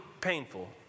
painful